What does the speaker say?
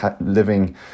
living